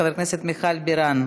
חברת הכנסת מיכל בירן,